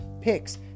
picks